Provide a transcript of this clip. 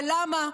ולמה?